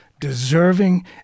deserving